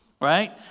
right